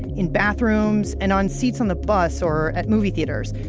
in bathrooms, and on seats on the bus, or at movie theatres.